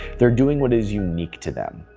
they're doing what is unique to them.